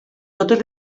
totes